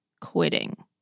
quitting